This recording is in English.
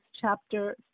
chapter